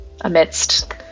Amidst